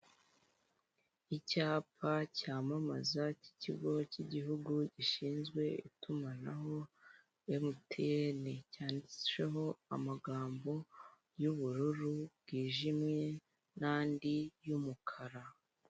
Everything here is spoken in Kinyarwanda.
Icyapa cyamamaza cy'ikigo cy'igihugu gishinzwe itumanaho MTN, cyanditsweho amagambo y'ubururu bwijimye n'andi y'umukara.